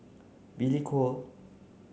Billy Koh